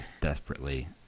Desperately